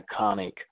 iconic